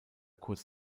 kurz